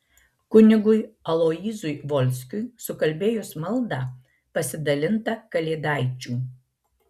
kunigui aloyzui volskiui sukalbėjus maldą pasidalinta kalėdaičių